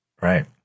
Right